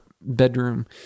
bedroom